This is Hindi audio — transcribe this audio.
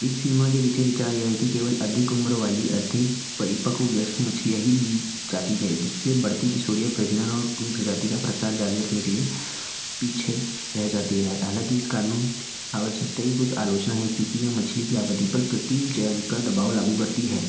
इस सीमा के पीछे विचार यह है कि केवल अधिक उम्र वाली अधिक परिपक्व व्यस्क मछलियाँ ही ली जाती है जिससे बढ़ती किशोरीय प्रजनन और अपनी प्रजाति का प्रसार जारी रखने के लिए पीछे रह जाती है हालांकि इस क़ानून आवश्यकता की कुछ आलोचना है क्योंकि यह मछली की आबादी पर कृत्रिम चयन का दबाव लागू करती है